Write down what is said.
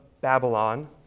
Babylon